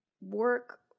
work